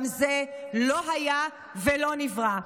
גם זה לא היה ולא נברא.